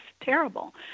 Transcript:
terrible